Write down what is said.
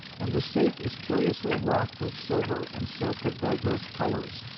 and the state is curiously wrought with silver and silk of divers colors,